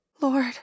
Lord